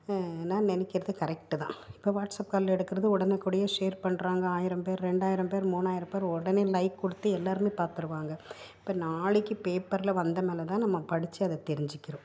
நான் நினைக்கிறது கரெக்ட்டு தான் இப்போ வாட்ஸப் காலில் எடுக்கிறது உடனுக்குடையே ஷேர் பண்ணுறாங்க ஆயிரம் பேர் ரெண்டாயிரம் பேர் மூணாயிரம் பேர் உடனே லைக் கொடுத்து எல்லோருமே பாத்துடுவாங்க இப்போ நாளைக்கு பேப்பரில் வந்த மேலே தான் நம்ம படித்து அதை தெரிஞ்சுக்கிறோம்